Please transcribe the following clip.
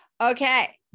okay